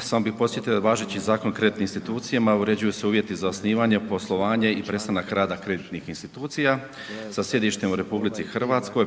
samo bih podsjetio da važećim Zakonom o kreditnim institucijama uređuju se uvjeti za osnivanje, poslovanje i prestanak rada kreditnih institucija sa sjedištem u RH,